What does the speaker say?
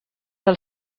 del